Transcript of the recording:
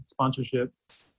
sponsorships